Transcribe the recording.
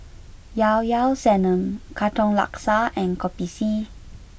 Llao Llao Sanum Katong Laksa and Kopi C